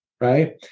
Right